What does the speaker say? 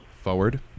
Forward